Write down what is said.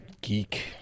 Geek